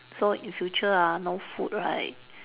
so in future ah no food right